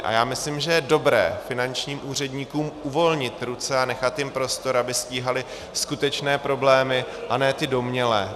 A já myslím, že je dobré finančním úředníkům uvolnit ruce a nechat jim prostor, aby stíhali skutečné problémy a ne ty domnělé.